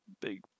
big